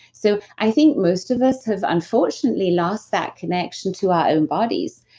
so, i think most of us have unfortunately lost that connection to our bodies.